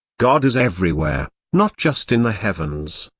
god is everywhere, not just in the heavens.